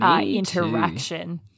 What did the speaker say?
interaction